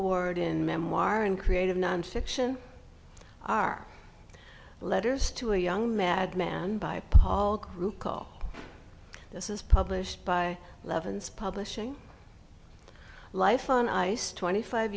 award in memoir and creative nonfiction are letters to a young madman by paul group call this is published by leavens publishing life on ice twenty five